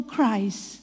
Christ